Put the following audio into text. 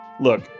Look